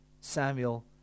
Samuel